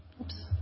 Oops